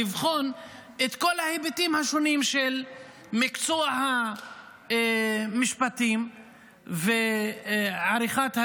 לבחון את כל ההיבטים השונים של מקצוע המשפטים ועריכת הדין.